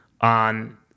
on